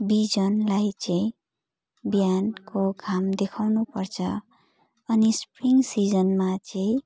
बिजनलाई चाहिँ बिहानको घाम देखाउनु पर्छ अनि स्प्रिङ सिजनमा चाहिँ